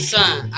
Son